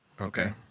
Okay